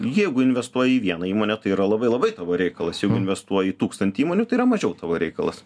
jeigu investuoji į vieną įmonę tai yra labai labai tavo reikalas jeigu investuoji į tūkstantį įmonių tai yra mažiau tavo reikalas